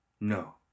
No